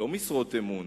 לא משרות אמון,